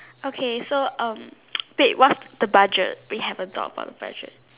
okay so um wait what's the budget we haven't talk about the budget